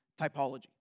typology